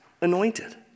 anointed